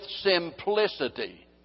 simplicity